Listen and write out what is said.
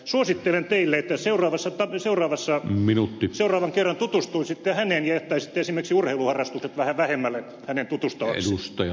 suosittelen teille että seuraavan kerran tutustuisitte häneen ja jättäisitte esimerkiksi urheiluharrastukset vähän vähemmälle